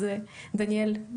אז דניאל,